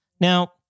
Now